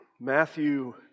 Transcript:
Matthew